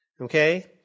okay